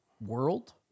world